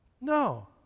No